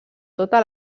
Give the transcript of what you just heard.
tota